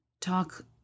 talk